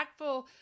impactful